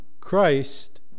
Christ